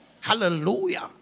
Hallelujah